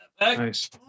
Nice